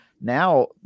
Now